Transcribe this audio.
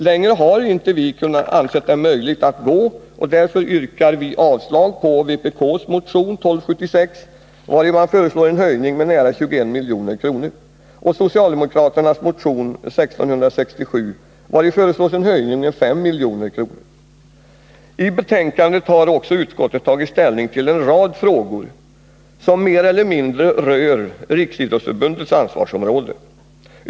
Längre har vi inte ansett det möjligt att gå, och därför yrkar vi avslag på vpk:s motion 1276, vari man föreslår en höjning med nära 21 milj.kr., och på socialdemokraternas motion 1667, vari föreslås en höjning med 5 milj.kr. I betänkandet har utskottet också tagit ställning till en rad frågor som mer eller mindre rör Riksidrottsförbundets ansvarsområde.